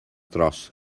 dros